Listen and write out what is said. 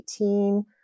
2018